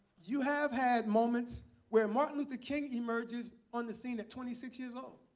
you have had moments where martin luther king emerges on the scene at twenty six years old.